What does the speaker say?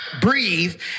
breathe